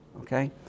Okay